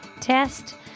test